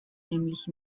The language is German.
nämlich